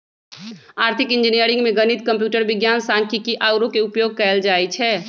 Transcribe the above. आर्थिक इंजीनियरिंग में गणित, कंप्यूटर विज्ञान, सांख्यिकी आउरो के उपयोग कएल जाइ छै